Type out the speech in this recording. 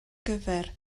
gyfer